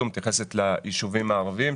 מתייחסת ליישובים הערביים,